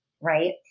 right